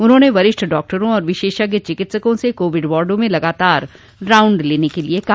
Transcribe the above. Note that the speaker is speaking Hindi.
उन्होंने वरिष्ठ डॉक्टरों और विशेषज्ञ चिकित्सकों से कोविड वार्डो में लगातार राउंड लेने के लिये कहा